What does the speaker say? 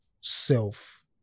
self